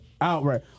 Outright